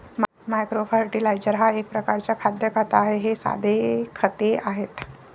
micro fertiliser हा एक प्रकारचा खाद्य खत आहे हे साधे खते आहेत